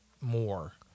more